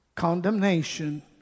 Condemnation